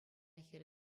хӗл